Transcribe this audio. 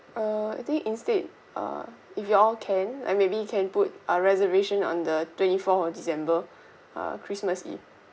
uh I think instead uh if you all can ah maybe you can put our reservation on the twenty fourth of december uh christmas eve